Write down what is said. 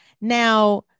now